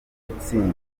gutsinda